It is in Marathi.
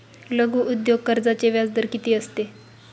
लघु उद्योग कर्जाचे व्याजदर किती असते?